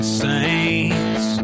saints